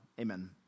Amen